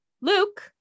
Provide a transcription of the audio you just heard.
Luke